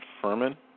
Furman